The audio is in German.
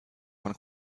von